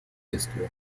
бедствия